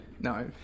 No